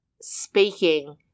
speaking